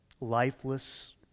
lifeless